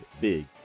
big